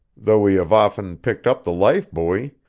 though we have often picked up the life-buoy,